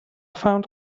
found